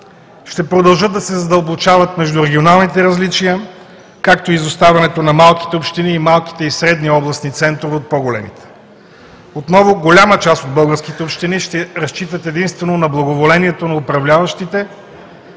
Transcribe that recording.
Ще продължат да се задълбочават междурегионалните различия, както изоставането на малките общини и малките и средните областни центрове от по-големите. Отново голяма част от българските общини ще разчитат единствено на благоволението на управляващите